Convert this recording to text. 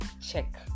check